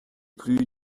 plus